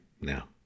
now